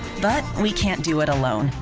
but, we can't do it alone.